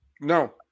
No